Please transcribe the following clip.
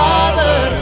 Father